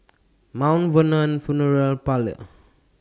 Mount Vernon Funeral Parlours